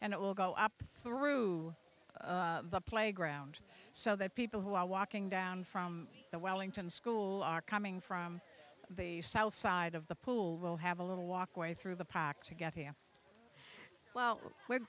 and it will go up through the playground so that people who are walking down from the wellington school are coming from the south side of the pool will have a little walkway through the